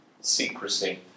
secrecy